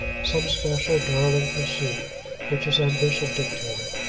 some special darling pursuit which his ambition dictated.